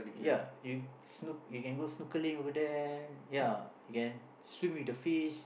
ya you snork~ you can go snorkeling over there ya you can swim with the fish